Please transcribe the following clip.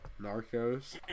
Narcos